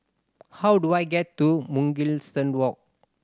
how do I get to Mugliston Walk